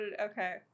Okay